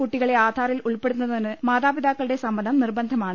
കുട്ടികളെ ആധാറിൽ ഉൾപ്പെടുത്തുന്നതിന് മാതാ പിതാക്കളുടെ ്സമ്മതം നിർബന്ധമാണ്